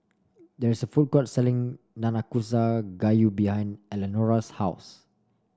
there is a food court selling Nanakusa Gayu behind Elenora's house